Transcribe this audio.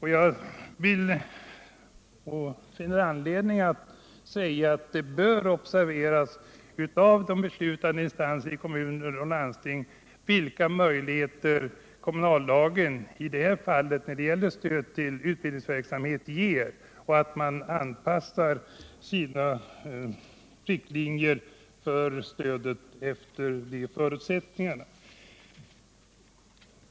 Det finns anledning att betona att de beslutande instanserna i kommuner och landsting bör observera vilka möjligheter kommunallagen ger när det gäller stöd till utbildningsverksamhet och anpassa sina riktlinjer för stödet efter dessa förutsättningar.